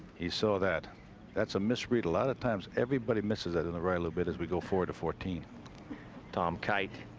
he saw that that's a mis read a lot of times. everybody misses the and right limit as we go forward to fourteen tom kite.